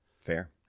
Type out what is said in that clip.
Fair